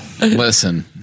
Listen